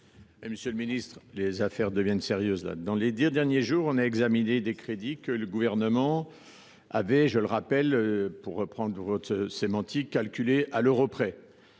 Monsieur le ministre, les affaires deviennent sérieuses ! Au cours des derniers jours, nous avons examiné des crédits que le Gouvernement avait, pour reprendre votre sémantique, « calculés à l’euro près